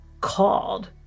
called